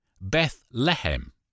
Bethlehem